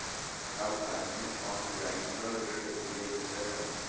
अब आदमी ऑनलाइनों ऋण ले सकलन